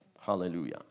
Hallelujah